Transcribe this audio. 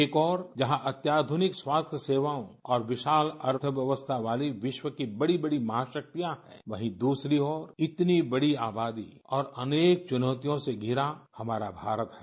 एक ओर जहां अत्याधुनिक स्वास्थ्य सेवाओं और विशाल अर्थव्यवस्था वाली विश्व की बड़ी बड़ी महाशक्तियाँ हैं वहीं दूसरी ओर इतनी बड़ी आबादी और अनेक चुनौतियों से घिरा हमारा भारत है